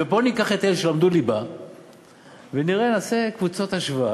ובואו ניקח את אלה שלמדו ליבה ונעשה קבוצות השוואה,